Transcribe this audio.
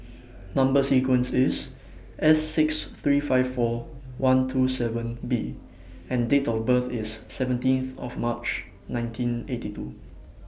Number sequence IS S six three five four one two seven B and Date of birth IS seventeenth of March nineteen eighty two